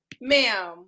ma'am